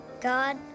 God